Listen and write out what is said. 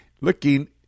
looking